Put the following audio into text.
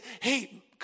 hey